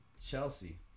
Chelsea